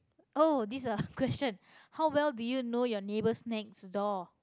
oh this is a question how well do you know your neighbours next door